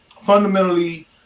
fundamentally